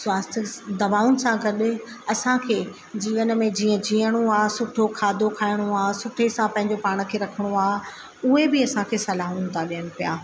स्वास्थ दवाउनि सां गॾु असांखे जीवन में जीअं जीअणो आहे सुठो खाधो खाइणो आहे सुठे सां पंहिंजो पाण खे रखणो आ उहे बि असां के सलाहूं था ॾियनि पिया